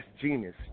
genius